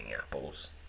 apples